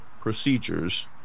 procedures